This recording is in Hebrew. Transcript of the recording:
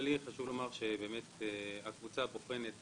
שהקבוצה בוחנת